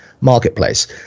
marketplace